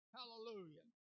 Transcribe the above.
Hallelujah